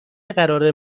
قرار